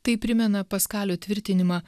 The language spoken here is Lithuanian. tai primena paskalio tvirtinimą